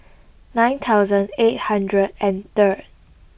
nine thousand eight hundred and third